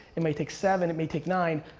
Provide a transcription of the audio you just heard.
it may take seven, it may take nine,